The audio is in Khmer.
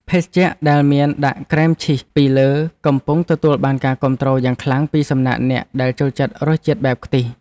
ភេសជ្ជៈដែលមានដាក់ក្រែមឈីសពីលើកំពុងទទួលបានការគាំទ្រយ៉ាងខ្លាំងពីសំណាក់អ្នកដែលចូលចិត្តរសជាតិបែបខ្ទិះ។